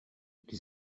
les